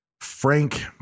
Frank